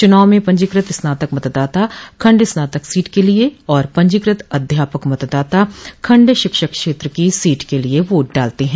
चुनाव में पंजीकृत स्नातक मतदाता खंड स्नातक सीट के लिए और पंजीकृत अध्यापक मतदाता खंड शिक्षक क्षेत्र की सीट के लिए वोट डालते हैं